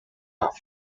are